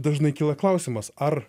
dažnai kyla klausimas ar